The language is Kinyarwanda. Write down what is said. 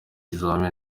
ibizamini